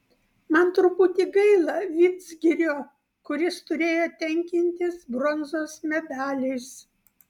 man truputį gaila vidzgirio kuris turėjo tenkintis bronzos medaliais